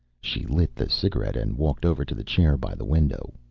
she lit the cigarette and walked over to the chair by the window.